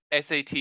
SAT